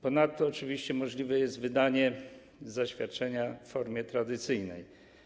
Ponadto oczywiście możliwe jest wydanie zaświadczenia w formie tradycyjnej.